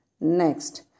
Next